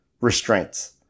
restraints